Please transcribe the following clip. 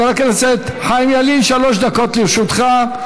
חבר הכנסת חיים ילין, שלוש דקות לרשותך.